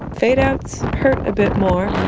fade-outs hurt a bit more.